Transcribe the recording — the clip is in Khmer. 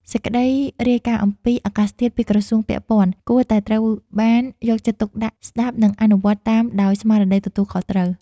សេចក្តីរាយការណ៍អំពីអាកាសធាតុពីក្រសួងពាក់ព័ន្ធគួរតែត្រូវបានយកចិត្តទុកដាក់ស្ដាប់ និងអនុវត្តតាមដោយស្មារតីទទួលខុសត្រូវ។